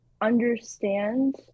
understand